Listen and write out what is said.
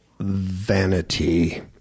vanity